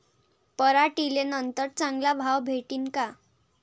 पराटीले नंतर चांगला भाव भेटीन का?